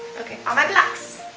okay. all my blocks.